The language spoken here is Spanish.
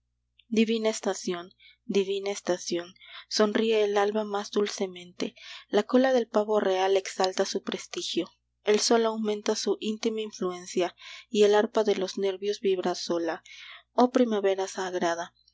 divina estación divina estación sonríe el alba más dulcemente la cola del pavo real exalta su prestigio el sol aumenta su íntima influencia y el arpa de los nervios vibra sola oh primavera sagrada